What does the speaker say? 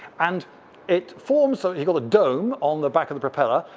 and it forms so you've got a dome on the back of the propeller.